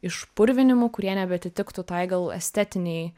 išpurvinimų kurie nebeatitiktų tai gal estetinei